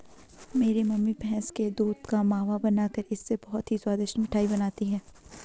मेरी मम्मी भैंस के दूध का मावा बनाकर इससे बहुत ही स्वादिष्ट मिठाई बनाती हैं